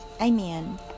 Amen